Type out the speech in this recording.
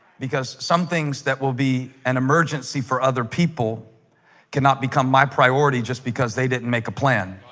because some things that will be an emergency for other people cannot become my priority just because they didn't make a plan